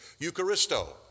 Eucharisto